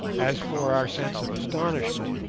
as for our sense of astonishment,